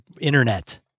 internet